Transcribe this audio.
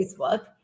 Facebook